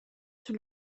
sur